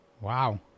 Wow